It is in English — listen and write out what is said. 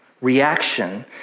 reaction